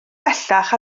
bellach